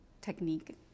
technique